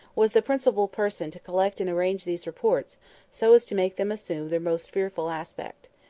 was the principal person to collect and arrange these reports so as to make them assume their most fearful aspect.